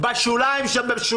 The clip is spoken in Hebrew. בשקף הזה